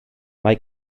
mae